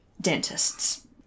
dentists